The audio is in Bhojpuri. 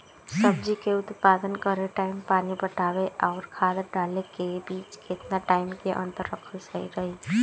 सब्जी के उत्पादन करे टाइम पानी पटावे आउर खाद डाले के बीच केतना टाइम के अंतर रखल सही रही?